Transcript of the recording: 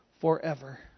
forever